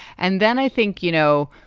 and then i think, you know,